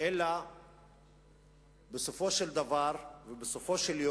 אלא שבסופו של דבר יהיה קיצוץ גם